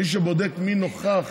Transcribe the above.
מי שבודק מי נוכח,